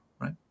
right